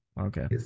okay